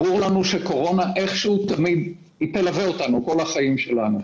ברור שהקורונה תלווה אותנו כל החיים שלנו,